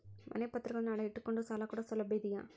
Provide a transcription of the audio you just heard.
ಮನೆ ಪತ್ರಗಳನ್ನು ಅಡ ಇಟ್ಟು ಕೊಂಡು ಸಾಲ ಕೊಡೋ ಸೌಲಭ್ಯ ಇದಿಯಾ?